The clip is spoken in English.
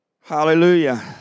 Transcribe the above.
Hallelujah